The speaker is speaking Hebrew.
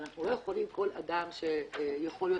ואנחנו לא יכולים שכל אדם יהיה מדריך,